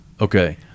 okay